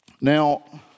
Now